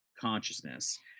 consciousness